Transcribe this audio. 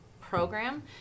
program